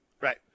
Right